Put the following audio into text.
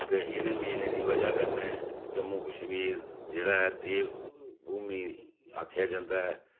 ते इ'नें मेलें दी वजह् कन्नै जम्मू कश्मीर जेह्ड़ा ऐ देवभूमि आखेआ जंदा ऐ